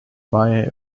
buy